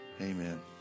Amen